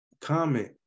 comment